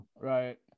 right